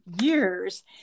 years